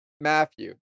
Matthew